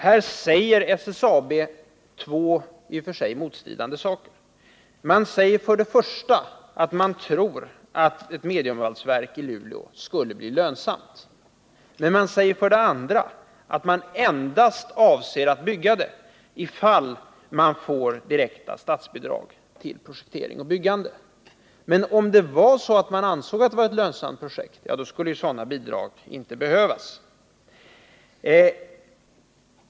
Här säger SSAB två motstridande saker. Man säger för det första att man tror att ett mediumvalsverk i Luleå skulle bli lönsamt, men för det andra att man endast avser att bygga det, om SSAB får direkta statsbidrag för projektering och byggande. Men om det är ett lönsamt projekt, skulle sådana bidrag inte behövas.